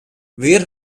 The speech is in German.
wer